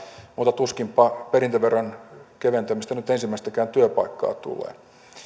mutta tuskinpa perintöveron keventämisestä nyt ensimmäistäkään työpaikkaa